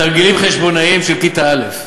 תרגילים חשבונאיים של כיתה א'.